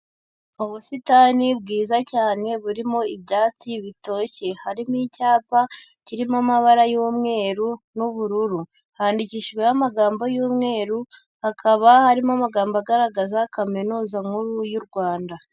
Ubusitani bwiza cyane burimo ibyatsi bitoshye. Harimo icyapa kirimo amabara y'umweru n'ubururu. Handikishijweho amagambo y'umweru, hakaba harimo amagambo agaragaza kaminuza nkuru y'u Rwanda.